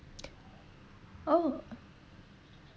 oh